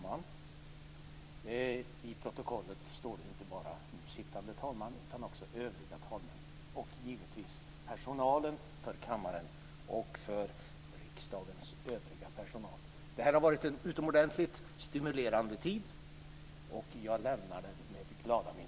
Jag vill också tacka fru talmannen - inte bara nu sittande talman utan också övriga talmän - samt givetvis kammarens och riksdagens övriga personal. Det här har varit en utomordentligt stimulerande tid, och jag lämnar den med glada minnen.